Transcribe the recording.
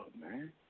man